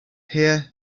here